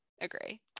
agree